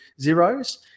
zeros